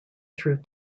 through